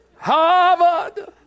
Harvard